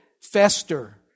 fester